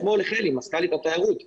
אתמול חלי יעקובס, מזכ"לית התיירות אמרה,